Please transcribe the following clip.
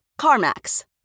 CarMax